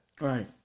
Right